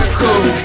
cool